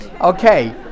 Okay